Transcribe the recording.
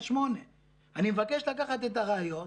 אז 8. אני מבקש לקחת את הראיות,